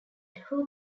who